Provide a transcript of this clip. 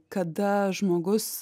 kada žmogus